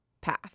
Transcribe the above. path